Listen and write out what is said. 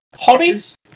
hobbies